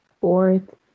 fourth